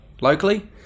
locally